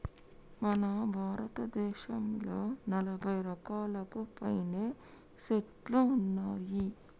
మన భారతదేసంలో నలభై రకాలకు పైనే సెట్లు ఉన్నాయి